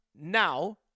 now